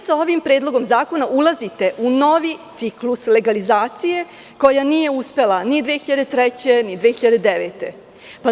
Sa ovim predlogom zakona vi ulazite u novi ciklus legalizacije koja nije uspela ni 2003, a ni 2009. godine.